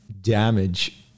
damage